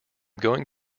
going